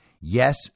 yes